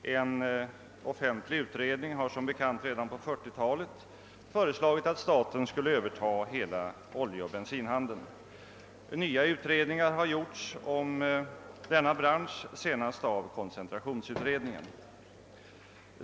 och en offentlig utredning föreslog, som bekant, redan på 1940-talet att staten skulle överta hela oljeoch bensinhandeln. Flera nya undersökningar har gjorts om denna bransch, senast av koncentrationsutredningen.